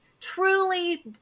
truly